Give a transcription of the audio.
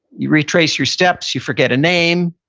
you retrace your steps, you forget a name,